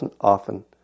often